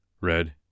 red